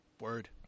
Word